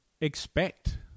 expect